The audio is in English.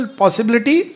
possibility